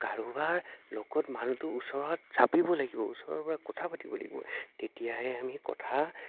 কাৰোবাৰ লগত মানুহটো ওচৰত চাপিব লাগিব ওচৰৰ পৰা কথা পাতিব লাগিব তেতিয়াহে আমি কথা